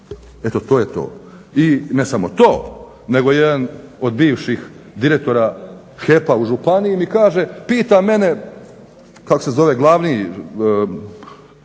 eto to je to. I ne samo to, nego je jedan od bivših direktora HEP-a u županiji mi kaže, pita mene kako se zove glavni